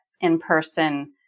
in-person